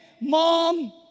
Mom